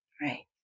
Right